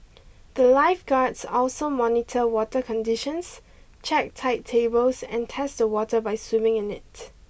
the lifeguards also monitor water conditions check tide tables and test the water by swimming in it